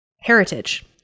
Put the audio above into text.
heritage